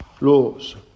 laws